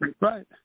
right